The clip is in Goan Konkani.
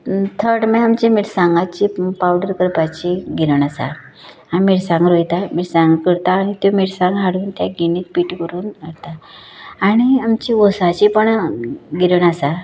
थड मागीर आमची मिरसागांची पावडर करपाची गिरण आसा आमी मिरसांगो रोयताय मिरंसांगो करता आनी त्यो मिरसांगों हाडून तें गिण्णीर पीट करून खाता आनी आमची उसाची पण गिरण आसा